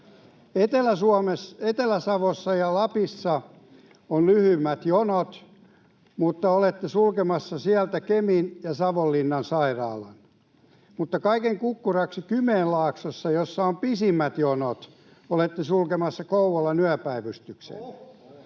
Etelä-Savossa ja Lapissa on lyhyimmät jonot, ja olette sulkemassa sieltä Kemin ja Savonlinnan sairaalan, mutta kaiken kukkuraksi Kymenlaaksossa, jossa on pisimmät jonot, olette sulkemassa Kouvolan yöpäivystyksen.